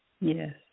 Yes